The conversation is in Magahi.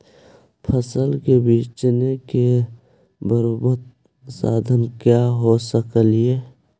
फसल के बेचने के सरबोतम साधन क्या हो सकेली?